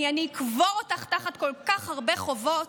אני אקבור אותך תחת כל כך הרבה חובות,